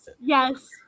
yes